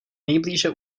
nejblíže